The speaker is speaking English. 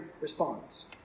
responds